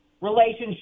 relationship